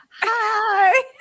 hi